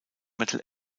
metal